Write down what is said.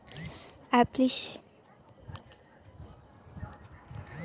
application দিয়ে online internet সব টাকা ট্রান্সফার করা হয়